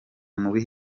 mubihe